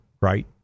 right